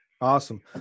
Awesome